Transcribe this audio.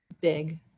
big